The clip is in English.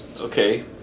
Okay